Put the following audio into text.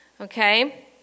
okay